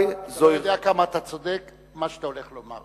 אתה לא יודע עד כמה אתה צודק במה שאתה הולך לומר,